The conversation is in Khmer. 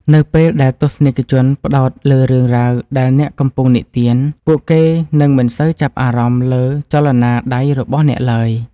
នៅពេលដែលទស្សនិកជនផ្តោតលើរឿងរ៉ាវដែលអ្នកកំពុងនិទាន ពួកគេនឹងមិនសូវចាប់អារម្មណ៍លើចលនាដៃរបស់អ្នកឡើយ។